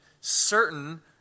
certain